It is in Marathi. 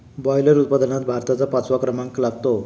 बॉयलर उत्पादनात भारताचा पाचवा क्रमांक लागतो